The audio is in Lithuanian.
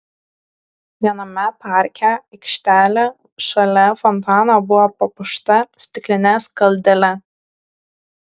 viename parke aikštelė šalia fontano buvo papuošta stikline skaldele